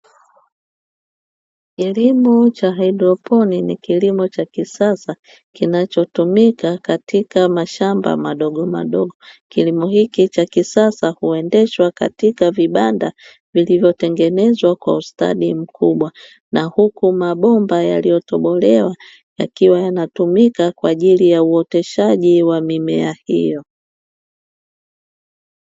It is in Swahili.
Kilimo cha haidroponi ni kilimo cha kisasa kinachotumika katika mashamba madogo madogo. Kilimo hiki cha kisasa huendeshwa katika vibanda vilivyotengenezwa kwa ustadi mkubwa na huku mabomba yaliyotobolewa yakiwa yanatumika kwa ajili ya uoteshaji wa mimea hiyo.